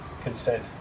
consent